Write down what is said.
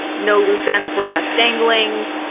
no loose ends were left dangling,